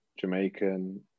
Jamaican